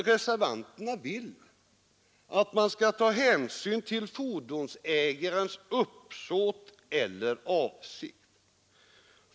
Reservanterna vill ju att man skall ta hänsyn till fordonsägarens uppsåt eller avsikt.